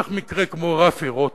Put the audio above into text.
קח מקרה כמו רפי רותם,